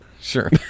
Sure